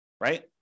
right